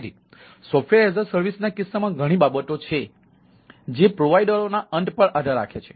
તેથી SaaS ના કિસ્સામાં ઘણી બાબતો છે જે પ્રોવાઈડરોના અંત પર આધાર રાખે છે